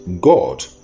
God